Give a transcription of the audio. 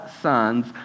sons